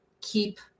keep